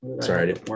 Sorry